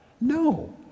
no